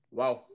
Wow